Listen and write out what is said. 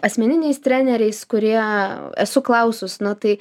asmeniniais treneriais kurie sau esu klausus na tai